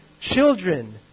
children